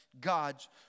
God's